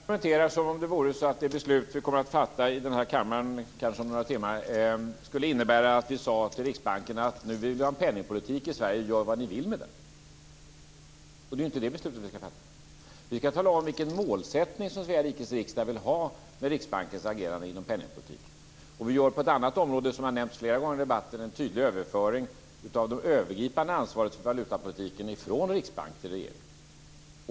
Fru talman! Kenneth Kvist argumenterar som om det vore så att det beslut som vi kanske kommer att fatta här i kammaren om några timmar skulle innebära att vi säger till Riksbanken: Nu vill vi ha en penningpolitik i Sverige - gör vad ni vill med den! Det är inte det beslutet vi skall fatta. Vi skall tala om vilken målsättning Svea rikes riksdag vill ha för Riksbankens agerande inom penningpolitiken. Vi gör på ett annat område, som har nämnts flera gånger i debatten, en tydlig överföring av det övergripande ansvaret för valutapolitiken från Riksbanken till regeringen.